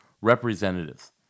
representatives